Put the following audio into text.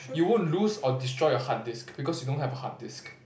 you won't lose or destroy your hard disk because you don't have a hard disk